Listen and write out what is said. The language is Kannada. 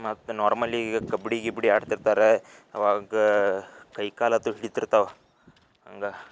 ಮತ್ತು ನಾರ್ಮಲಿ ಈಗ ಕಬಡ್ಡಿ ಗಿಬಡ್ಡಿ ಆಡ್ತಿರ್ತಾರೆ ಅವಾಗ ಕೈ ಕಾಲು ಅಂತೂ ಹಿಡೀತಿರ್ತಾವೆ ಹಂಗೆ